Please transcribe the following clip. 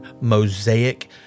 mosaic